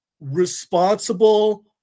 responsible